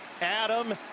Adam